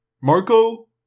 Marco